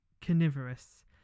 carnivorous